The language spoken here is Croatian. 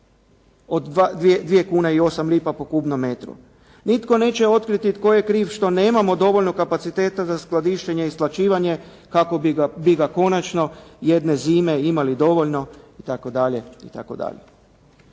od 2 kune i 8 lipa po kubnom metru. Nitko neće otkriti tko je kriv što nemamo dovoljno kapaciteta za skladištenje i …/Govornik se ne razumije./… kako bi ga konačno jedne zime imali dovoljno itd., itd.